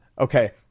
Okay